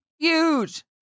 huge